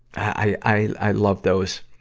i, i love those,